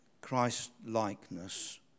Christ-likeness